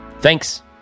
Thanks